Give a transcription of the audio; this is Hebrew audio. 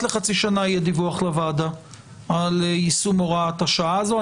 לחצי שנה יהיה דיווח לוועדה על יישום הוראת השעה הזו.